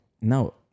No